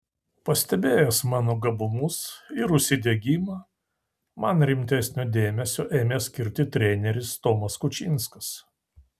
pastebėjęs mano gabumus ir užsidegimą man rimtesnio dėmesio ėmė skirti treneris tomas kučinskas